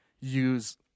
use